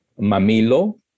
mamilo